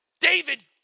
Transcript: David